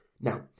Now